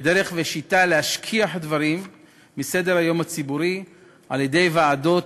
כדרך ושיטה להשכיח דברים מסדר-היום הציבורי על-ידי ועדות